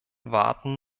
warten